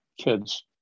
kids